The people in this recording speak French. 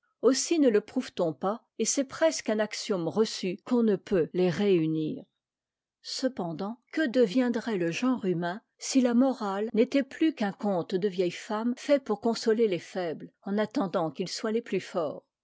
aussi ne le prouve t on pas et c'est presqu'un axiome reçu qu'on ne peut tes réunie cependant que deviendrait le genre humain si la morale n'était plus qu'un conte de vieille femme fait pour consoler les faibles en attendant qu'ils soient es plus forts